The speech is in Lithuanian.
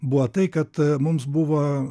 buvo tai kad mums buvo